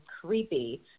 creepy